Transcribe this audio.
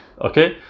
Okay